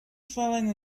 fallen